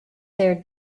their